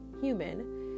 human